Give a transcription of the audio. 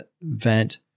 event